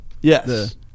Yes